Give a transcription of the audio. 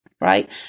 right